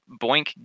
Boink